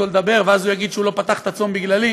לדבר ואז הוא יגיד שהוא לא פתח את הצום בגללי.